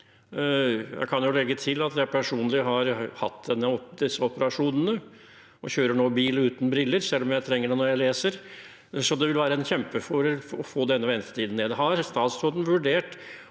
Jeg kan jo legge til at jeg personlig har hatt disse operasjonene og nå kjører bil uten briller, selv om jeg trenger det når jeg leser. Det vil være en kjempefordel å få ned ventetiden. Har statsråden vurdert